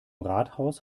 rathaus